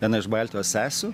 viena iš baltijos sesių